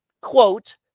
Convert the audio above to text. quote